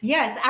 Yes